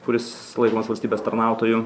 kuris laikomas valstybės tarnautoju